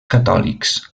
catòlics